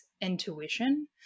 intuition